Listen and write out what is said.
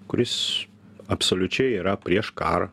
kuris absoliučiai yra prieš karą